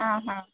ఆహా